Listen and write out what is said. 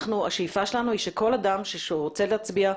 השאיפה שלנו היא שכל אדם שרוצה להצביע,